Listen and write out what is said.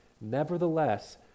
Nevertheless